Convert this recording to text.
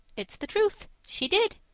it's the truth. she did.